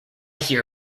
hear